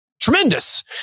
tremendous